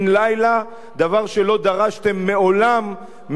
דבר שלא דרשתם מעולם מעצמכם.